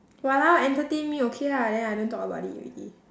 !walao! entertain me okay lah then I don't talk about it already